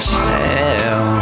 tell